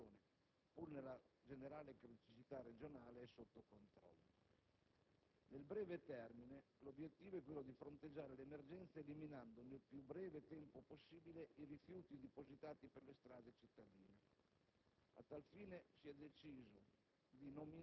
quelle di Benevento, Avellino e Salerno la situazione, pur nella generale criticità regionale, è sotto controllo. Nel breve termine, l'obiettivo è di fronteggiare l'emergenza eliminando, nel più breve tempo possibile, i rifiuti depositati per le strade cittadine.